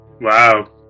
Wow